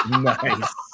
Nice